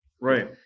right